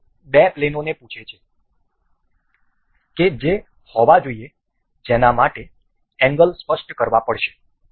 તેથી પ્રથમ વિંડો બે પ્લેનોને પૂછે છે કે જે હોવા જોઈએ જેના માટે એંગલ સ્પષ્ટ કરવા પડશે